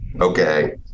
okay